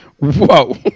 whoa